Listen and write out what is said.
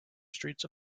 streets